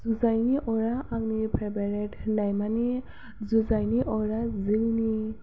जुजाइनि अरआ आंनि फेभारेट होननाय माने जुजाइनि अरा जोंनि